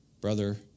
brother